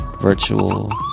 virtual